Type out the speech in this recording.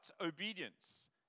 obedience